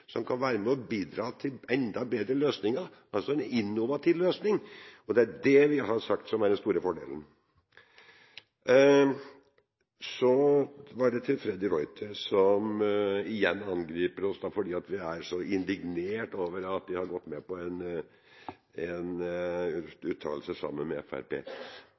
som kan være med å bidra til enda bedre løsninger, altså en innovativ løsning, og det er det vi har sagt er den store fordelen. Så var det Freddy de Ruiter, som igjen angriper oss fordi vi er så indignert over at vi har gått sammen med Fremskrittspartiet om en uttalelse.